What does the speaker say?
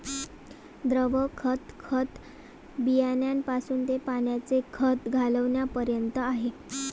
द्रव खत, खत बियाण्यापासून ते पाण्याने खत घालण्यापर्यंत आहे